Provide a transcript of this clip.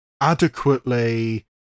adequately